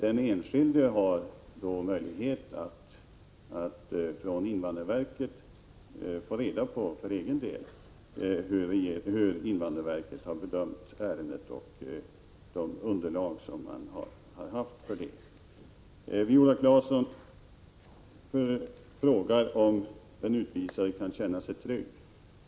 Den enskilde har möjlighet att från invandrarverket för egen del få reda på hur invandrarverket har bedömt ärendet och vilka underlag man har haft för det. Viola Claesson frågar om den utvisade kan känna sig trygg.